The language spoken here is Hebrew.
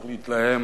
להתלהם,